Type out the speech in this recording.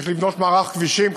צריך לבנות מערך כבישים,